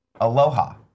Aloha